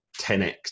10x